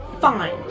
Fine